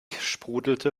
sprudelte